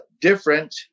different